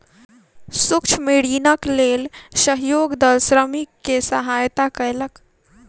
सूक्ष्म ऋणक लेल सहयोग दल श्रमिक के सहयता कयलक